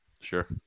Sure